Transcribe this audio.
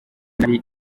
nari